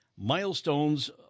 Milestones